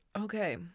Okay